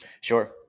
Sure